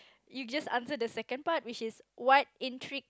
you just answer the second part which is what intrigues